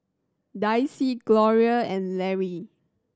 Dicie Gloria and Lary